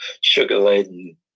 sugar-laden